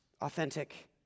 authentic